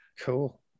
Cool